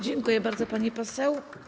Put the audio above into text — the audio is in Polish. Dziękuję bardzo, pani poseł.